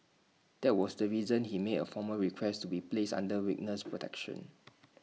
that was the reason he made A formal request way placed under witness protection